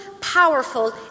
powerful